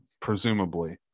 presumably